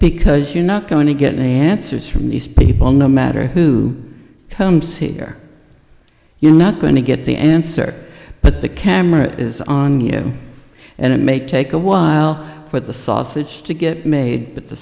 because you're not going to get any answers from these people no matter who comes here you're not going to get the answer but the camera is on you and it may take a while for the sausage to get made but the